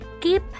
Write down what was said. keep